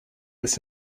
its